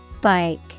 Bike